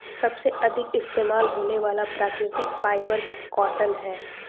सबसे अधिक इस्तेमाल होने वाला प्राकृतिक फ़ाइबर कॉटन है